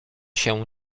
się